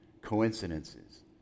Coincidences